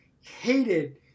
hated